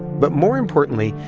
but more importantly,